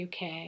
UK